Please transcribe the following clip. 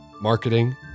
marketing